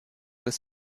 des